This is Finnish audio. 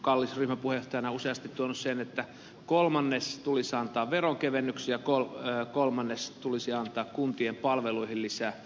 kallis ryhmäpuheenjohtajana useasti on tuonut esiin sen että kolmannes tulisi antaa veronkevennyksiä kolmannes tulisi antaa kuntien palveluihin lisää